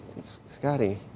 Scotty